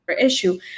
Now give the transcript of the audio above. issue